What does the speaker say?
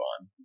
on